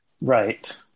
Right